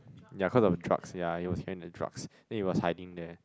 yea cause of the drugs yea he was hand the drugs then he was hiding there